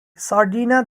sardinia